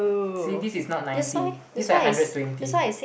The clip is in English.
see this is not ninety this like hundred twenty